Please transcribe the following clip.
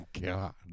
God